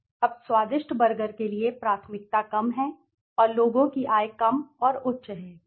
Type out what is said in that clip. अब स्वादिष्ट बर्गर के लिए प्राथमिकता कम है और लोगों की आय कम और उच्च है